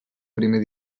primer